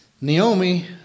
Naomi